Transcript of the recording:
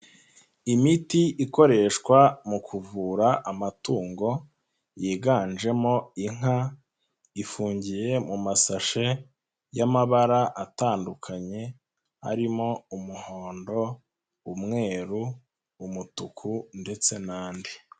Imiti ikoreshwa mu kuvura amatungo yiganjemo inka, ifungiye mu masashe y'amabara atandukanye arimo umuhondo, umweru, umutuku ndetse n'andi.